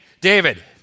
David